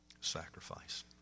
sacrifice